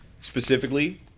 specifically